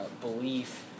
belief